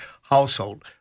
household